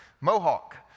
mohawk